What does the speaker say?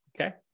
Okay